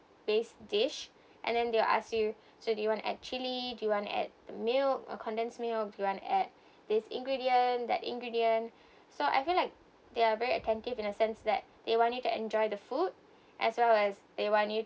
based dish and then they will ask you so do you want add chili do you want to add the milk or condense milk or do you want to add this ingredient that ingredient so I feel like they are very attentive in a sense that they want you to enjoy the food as well as they want you